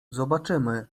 zobaczymy